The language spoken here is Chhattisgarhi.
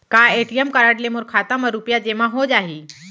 का ए.टी.एम कारड ले मोर खाता म रुपिया जेमा हो जाही?